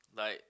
like